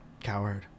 Coward